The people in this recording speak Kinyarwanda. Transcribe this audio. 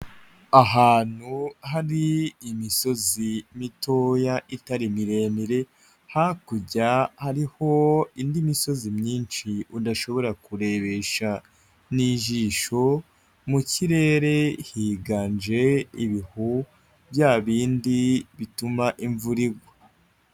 Ahantu hari imisozi mitoya itari miremire, hakurya hariho indi misozi myinshi udashobora kurebesha n'ijisho, mu kirere higanje ibihu bya bindi bituma imvura igwa.